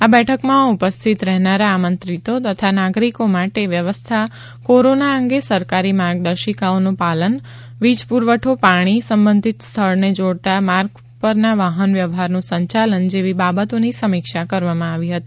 આ બેઠકમાં ઉપસ્થિત રહેનારા આમંત્રિતો તથા નાગરિકો માટે વ્યવસ્થા કોરોના અંગે સરકારી માર્ગદર્શિકાઓ નું પાલન વીજપુરવઠો પાણી સંબંધિત સ્થળને જોડતા માર્ગ પરના વાહન વ્યવહારનું સંચાલન જેવી બાબતોની સમીક્ષા કરવામાં આવી હતી